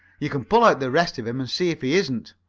you can pull out the rest of him and see if he isn't.